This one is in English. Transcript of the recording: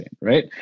right